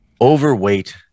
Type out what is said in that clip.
overweight